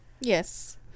Yes